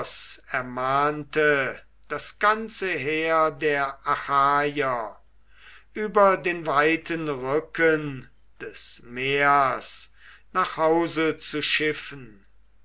ermahnte das ganze heer der achaier über den weiten rücken des meers nach hause zu schiffen